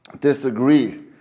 disagree